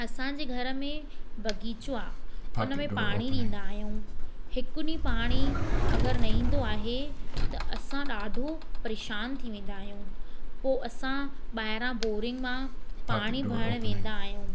असांजे घर में बगीचो आहे उन में पाणी ॾींदा आहियूं हिकु ॾींहुं पाणी अगरि न ईंदो आहे त असां ॾाढो परेशानु थी वेंदा आहियूं पोइ असां ॿाहिरा बोरिंग मां पाणी भरणु वेंदा आहियूं